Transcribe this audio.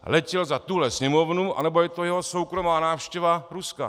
Letěl za tuhle Sněmovnu, anebo je to jeho soukromá návštěva Ruska.